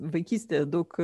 vaikystėje daug